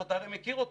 אתה הרי מכיר אותו.